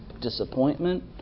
disappointment